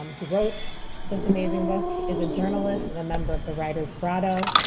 um who wrote this amazing book, is a journalist and a member of the writer's grotto.